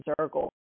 circle